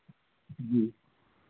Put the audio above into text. जी